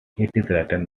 written